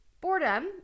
boredom